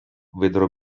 vedrò